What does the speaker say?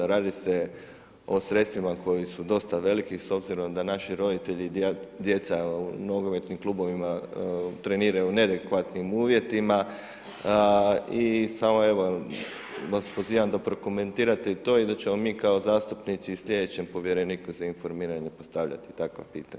Radi se o sredstvima koji su dosta veliki s obzirom da naši roditelji, djeca u nogometnim klubovima treniraju u neadekvatnim uvjetima i sada evo vas pozivam da prokomentirate i to i da ćemo mi kao zastupnici slijedećem Povjereniku za informiranje postavljati takva pitanja.